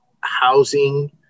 housing